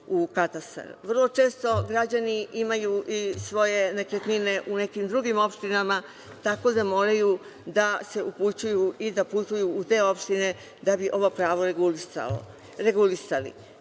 Vrlo često građani imaju i svoje nekretnine u nekim drugim opštinama, tako da moraju da se upućuju i da putuju u te opštine da bi ovo pravo regulisali.